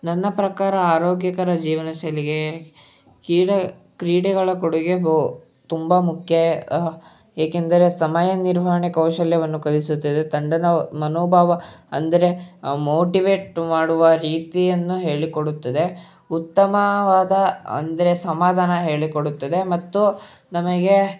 ನನ್ನ ಪ್ರಕಾರ ಆರೋಗ್ಯಕರ ಜೀವನಶೈಲಿಗೆ ಕ್ರೀಡೆ ಕ್ರೀಡೆಗಳ ಕೊಡುಗೆ ತುಂಬ ಮುಖ್ಯ ಏಕೆಂದರೆ ಸಮಯ ನಿರ್ವಹಣೆ ಕೌಶಲ್ಯವನ್ನು ಕಲಿಸುತ್ತದೆ ತಂಡದ ಮನೋಭಾವ ಅಂದರೆ ಮೋಟಿವೇಟ್ ಮಾಡುವ ರೀತಿಯನ್ನು ಹೇಳಿಕೊಡುತ್ತದೆ ಉತ್ತಮವಾದ ಅಂದರೆ ಸಮಾಧಾನ ಹೇಳಿಕೊಡುತ್ತದೆ ಮತ್ತು ನಮಗೆ